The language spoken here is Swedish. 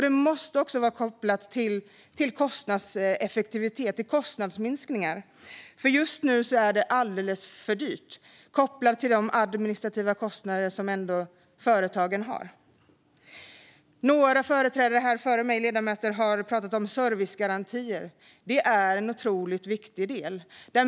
Det måste också vara kopplat till kostnadseffektivitet - kostnadsminskningar. Just nu är det alldeles för dyrt kopplat till de administrativa kostnader som företagen ändå har. Några ledamöter har här före mig pratat om servicegarantier. Det är en otroligt viktig del.